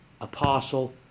apostle